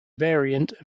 variant